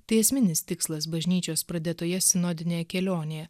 tai esminis tikslas bažnyčios pradėtoje sinodinėje kelionėje